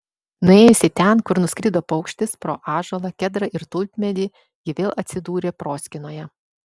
nuėjusi ten kur nuskrido paukštis pro ąžuolą kedrą ir tulpmedį ji vėl atsidūrė proskynoje